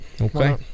Okay